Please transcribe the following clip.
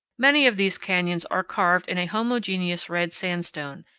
many of these canyons are carved in a homogeneous red sandstone,